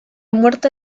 muerte